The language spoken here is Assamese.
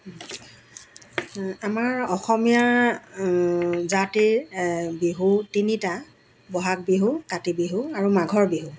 আমাৰ অসমীয়া জাতিৰ বিহু তিনিটা বহাগ বিহু কাতি বিহু আৰু মাঘৰ বিহু